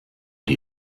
die